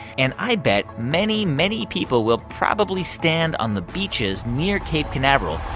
and i bet many, many people will probably stand on the beaches near cape canaveral.